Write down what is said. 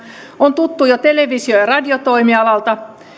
on tuttu jo televisio ja radiotoimialalta